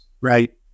right